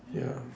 ya